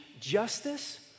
justice